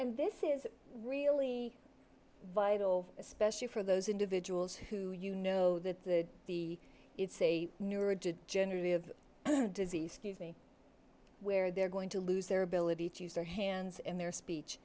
and this is really vital especially for those individuals who you know that the it's a nerd to generally of disease scuse me where they're going to lose their ability to use their hands and their speech